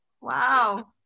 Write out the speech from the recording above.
wow